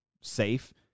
safe